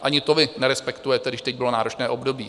Ani to vy nerespektujete, když teď bylo náročné období.